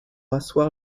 asseoir